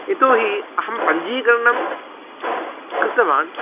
यतो हि अहं पञ्जीकरणं कृतवान्